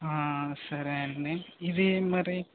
ఆ సరే అండి ఇది మరి